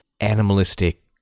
animalistic